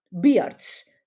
beards